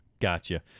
Gotcha